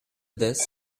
this